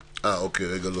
הלוויה?